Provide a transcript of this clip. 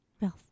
Ralph